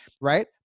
Right